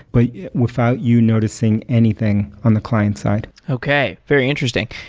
but without you noticing anything on the client side okay. very interesting.